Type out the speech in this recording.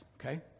Okay